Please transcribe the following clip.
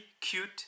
cute